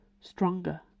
stronger